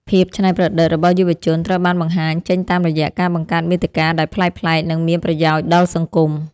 ភាពច្នៃប្រឌិតរបស់យុវជនត្រូវបានបង្ហាញចេញតាមរយៈការបង្កើតមាតិកាដែលប្លែកៗនិងមានប្រយោជន៍ដល់សង្គម។